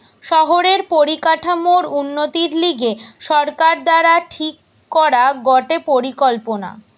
শহরের পরিকাঠামোর উন্নতির লিগে সরকার দ্বারা ঠিক করা গটে পরিকল্পনা